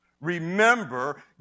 Remember